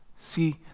see